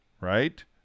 right